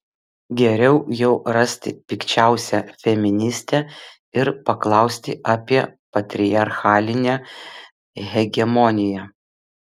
geriau jau rasti pikčiausią feministę ir paklausti apie patriarchalinę hegemoniją